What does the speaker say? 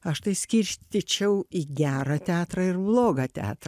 aš tai skirstyčiau į gerą teatrą ir blogą teatr